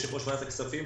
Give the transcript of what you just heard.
יושב-ראש ועדת הכספים,